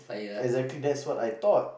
exactly that's what I thought